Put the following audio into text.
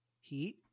Heat